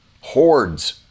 Hordes